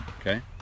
okay